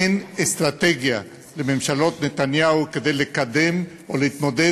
אין אסטרטגיה לממשלות נתניהו לקדם ולהתמודד